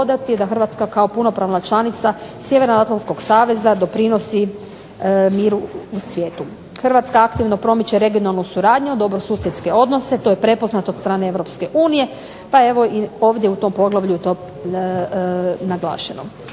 Hrvatska kao punopravna članica Sjevernoatlantskog saveza doprinosi miru u svijetu. Hrvatska aktivno promiče regionalnu suradnju, dobrosusjedske odnose. To je prepoznato od strane EU, pa evo i ovdje u tom poglavlju je to naglašeno.